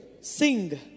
Sing